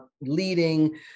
leading